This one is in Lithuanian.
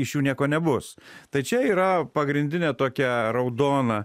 iš jų nieko nebus tai čia yra pagrindinė tokia raudona